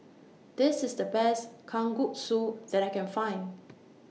This IS The Best Kalguksu that I Can Find